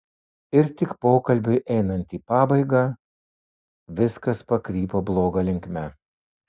ir tik pokalbiui einant į pabaigą viskas pakrypo bloga linkme